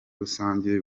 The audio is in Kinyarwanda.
rusange